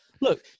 Look